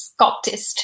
sculptist